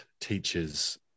teachers